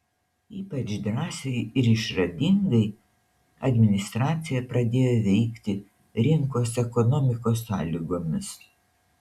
ypač drąsiai ir išradingai administracija pradėjo veikti rinkos ekonomikos sąlygomis